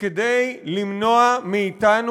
וכדי למנוע מאתנו,